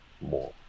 more